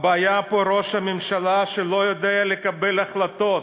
הבעיה פה היא ראש ממשלה שלא יודע לקבל החלטות,